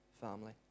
family